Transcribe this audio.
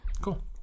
Cool